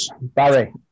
Barry